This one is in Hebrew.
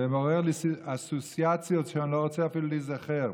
זה מעורר אצלי אסוציאציות שאני לא רוצה אפילו להיזכר.